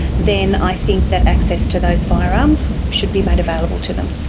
then i think that access to those firearms should be made available to them.